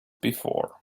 before